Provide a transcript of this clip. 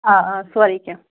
آ آ سورٕے کیٚنٛہہ